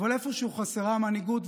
אבל איפשהו חסרה מנהיגות.